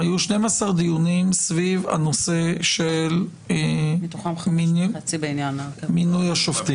היו 12 דיונים סביב נושא מינוי השופטים.